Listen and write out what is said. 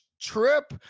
trip